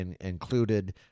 included